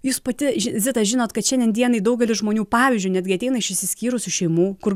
jūs pati zita žinot kad šiandien dienai daugelis žmonių pavyzdžiui netgi ateina iš išsiskyrusių šeimų kur